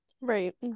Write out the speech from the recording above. Right